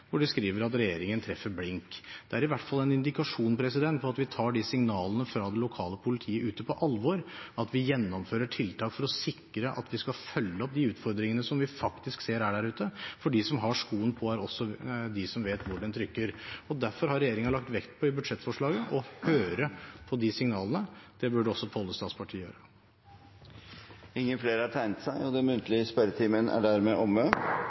de sa at regjeringen treffer blink. Det er i hvert fall en indikasjon på at vi tar signalene fra det lokale politiet ute på alvor, og at vi gjennomfører tiltak for å sikre at vi følger opp de utfordringene vi faktisk ser der ute. De som har skoen på, er også de som vet hvor skoen trykker. Derfor har regjeringen i budsjettforslaget lagt vekt på å høre på de signalene. Det burde også Pollestads parti gjøre. Da er den muntlige spørretimen omme. Det blir noen endringer i den